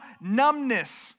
numbness